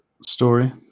story